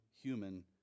human